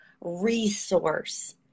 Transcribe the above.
resource